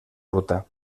ruta